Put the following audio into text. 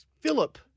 Philip